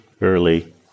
early